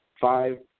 five